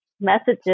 messages